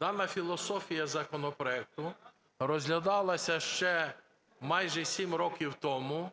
Дана філософія законопроекту розглядалася ще майже сім років тому,